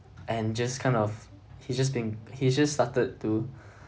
and just kind of he's just being he just started to